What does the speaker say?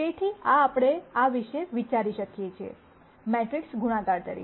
તેથી આ આપણે આ વિશે વિચારી શકીએ છીએ મેટ્રિક્સ ગુણાકાર તરીકે